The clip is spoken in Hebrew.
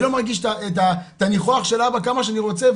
אני לא מרגיש את הניחוח של אבא כמה שאני רוצה,